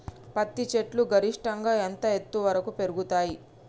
పత్తి చెట్లు గరిష్టంగా ఎంత ఎత్తు వరకు పెరుగుతయ్?